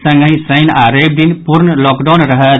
संगहि शनि आओर रवि दिन पूर्ण लॉकडाउन रहत